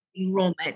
Enrollment